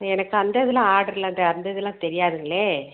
எனக்கு அந்ததெல்லாம் ஆர்டரெலாம் இந்த அந்ததெல்லாம் தெரியாதுங்களே